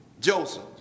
Joseph